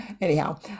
Anyhow